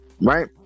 Right